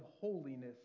holiness